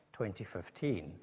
2015